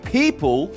people